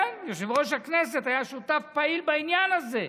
כן, יושב-ראש הכנסת היה שותף פעיל בעניין הזה.